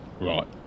Right